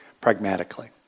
pragmatically